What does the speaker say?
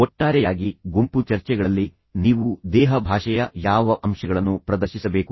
ಒಟ್ಟಾರೆಯಾಗಿ ಗುಂಪು ಚರ್ಚೆಗಳಲ್ಲಿ ನೀವು ದೇಹ ಭಾಷೆಯ ಯಾವ ಅಂಶಗಳನ್ನು ಪ್ರದರ್ಶಿಸಬೇಕು